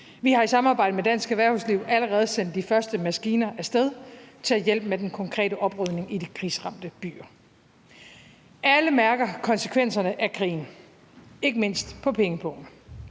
Vi har i samarbejde med dansk erhvervsliv allerede sendt de første maskiner af sted til at hjælpe med den konkrete oprydning i de krigsramte byer. Alle mærker konsekvenserne af krigen, ikke mindst på pengepungen.